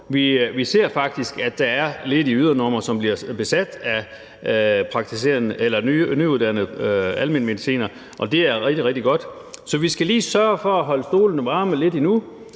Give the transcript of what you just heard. Vi ser faktisk, at der er ledige ydernumre, som bliver besat af nyuddannede almenmedicinere, og det er rigtig, rigtig godt. Så vi skal lige sørge for at holde stolene varme lidt endnu,